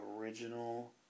Original